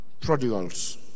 prodigals